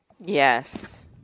Yes